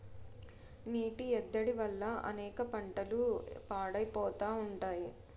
నీటి ఎద్దడి వల్ల అనేక పంటలు పాడైపోతా ఉంటాయి